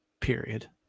period